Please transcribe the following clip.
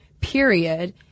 period